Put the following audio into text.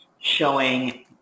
showing